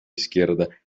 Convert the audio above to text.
izquierda